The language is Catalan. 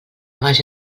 vaja